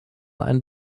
ein